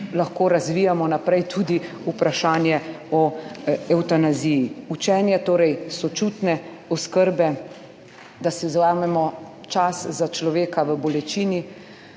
lahko razvijamo naprej tudi vprašanje o evtanaziji: učenje, torej sočutne oskrbe, da si vzamemo čas za človeka v bolečini.